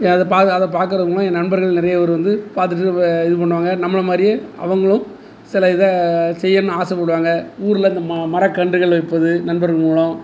அதை பார்க்கறவங்கள்லாம் என் நண்பர்கள் நிறைய பேர் வந்து பார்த்துட்டு வே இது பண்ணுவாங்க நம்மளை மாதிரியே அவர்களும் சில இதை செய்யணுன்னு ஆசைப்படுவாங்க ஊரில் இந்த மா மரக்கன்றுகள் வைப்பது நண்பர்கள் மூலம்